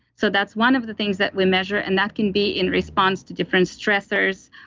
so that's one of the things that we measure, and that can be in response to different stressors,